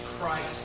Christ